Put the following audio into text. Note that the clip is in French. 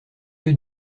lieu